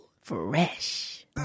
Fresh